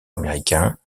américains